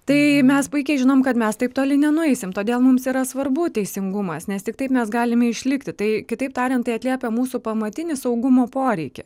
tai mes puikiai žinom kad mes taip toli nenueisim todėl mums yra svarbu teisingumas nes tiktai mes galime išlikti tai kitaip tariant tai atliepia mūsų pamatinį saugumo poreikį